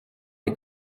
des